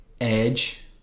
Edge